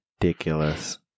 Ridiculous